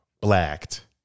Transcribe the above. blacked